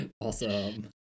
Awesome